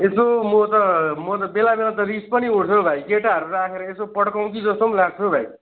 यसो म त म त बेला बेला त रिस पनि उठ्छ हौ भाइ केटाहरू राखेर यसो पड्काउँ कि जस्तो पनि लाग्छ हौ भाइ